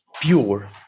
pure